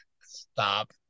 Stop